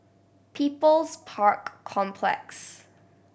People's Park Complex